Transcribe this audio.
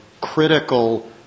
critical